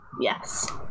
Yes